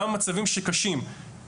גם במצבים שקשים,